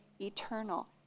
eternal